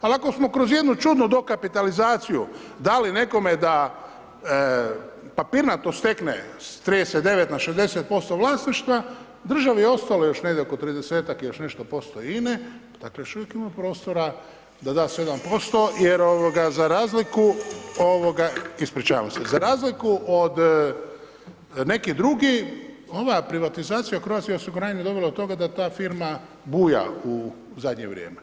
Ali ako smo kroz jednu čudnu dokapitalizaciju dali nekome da papirnato stekne s 39 na 60% vlasništva, državi je ostalo još negdje oko 30-ak i još nešto posto INA-e, dakle još uvijek imamo prostora da da 7% jer za razliku, ispričavam se, za razliku od nekih drugih, ova je privatizacija Croatia osiguranje dovela do toga da ta firma buja u zadnje vrijeme.